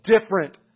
different